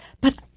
But-